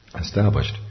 established